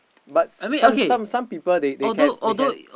but some some some people they they can they can